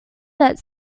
that